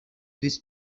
this